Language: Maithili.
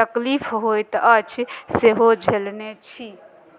तकलीफ होइत अछि सेहो झेलने छी